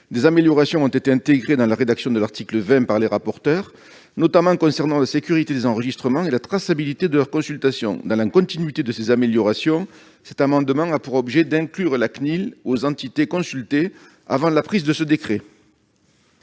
Des améliorations ont été intégrées dans la rédaction de l'article 20 par la commission à l'initiative des rapporteurs, notamment en matière de sécurité des enregistrements et de traçabilité de leur consultation. Dans la continuité de ces améliorations, cet amendement a pour objet d'inclure la CNIL parmi les entités consultées avant la prise de ce décret.